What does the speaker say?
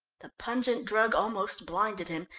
the pungent drug almost blinded him,